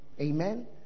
amen